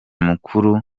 mukuru